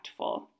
impactful